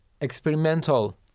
experimental